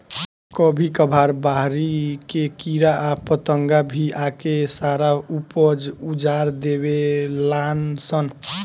कभी कभार बहरी के कीड़ा आ पतंगा भी आके सारा ऊपज उजार देवे लान सन